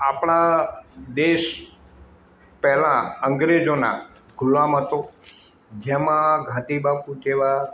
આપણા દેશ પહેલાં અંગ્રેજોના ગુલામ હતો જેમાં ગાંધીબાપુ જેવા